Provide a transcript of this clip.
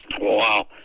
Wow